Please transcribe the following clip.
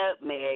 nutmeg